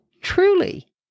truly